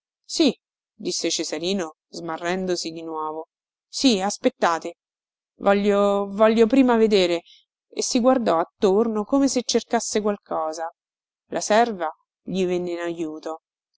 sì disse cesarino smarrendosi di nuovo sì aspettate voglio voglio prima vedere e si guardò attorno come se cercasse qualcosa la serva gli venne in ajuto